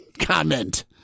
Comment